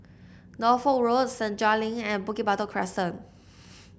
Norfolk Road Senja Link and Bukit Batok Crescent